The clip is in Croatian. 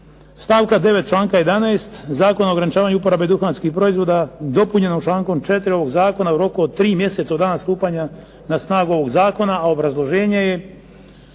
članka 11. Zakona o ograničavanju uporabe duhanskih proizvoda, dopunjenog člankom 4. ovog zakona u roku od tri mjeseca od dana stupanja na snagu ovog zakona. A obrazloženje je